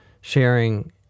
sharing